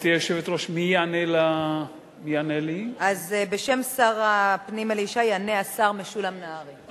אני קובעת שהצעה לסדר-היום בנושא איסור פרסום מודעות על טיפול רוחני או